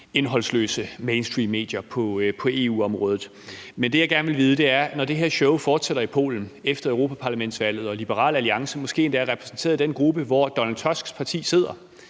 indholdsløse mainstreammedier på EU-området. Men det, jeg gerne vil vide, er, om man så, når det her show fortsætter i Polen efter europaparlamentsvalget og Liberal Alliance måske endda er repræsenteret i den gruppe, hvor Donald Tusks parti sidder,